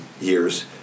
years